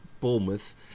Bournemouth